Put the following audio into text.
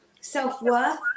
self-worth